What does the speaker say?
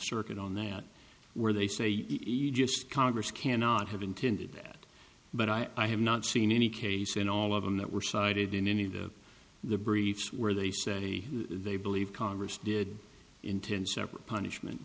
circuit on that where they say you eat just congress cannot have intended that but i have not seen any case in all of them that were cited in any of the briefs where they say they believe congress did in ten separate punishment